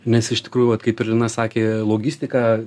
nes iš tikrųjų vat kaip ir lina sakė logistika